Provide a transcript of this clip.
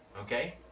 Okay